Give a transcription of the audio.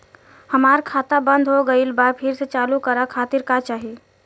हमार खाता बंद हो गइल बा फिर से चालू करा खातिर का चाही?